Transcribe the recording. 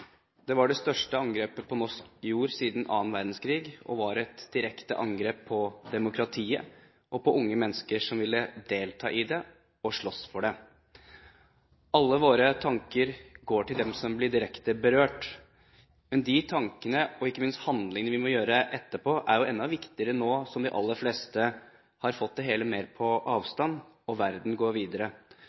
Det var det største angrepet på norsk jord siden annen verdenskrig og var et direkte angrep på demokratiet og på unge mennesker som ville delta i det og slåss for det. Alle våre tanker går til dem som ble direkte berørt. Men de tankene, og ikke minst handlingene vi må gjøre etterpå, er enda viktigere nå som de aller fleste har fått det hele mer på avstand og verden går videre.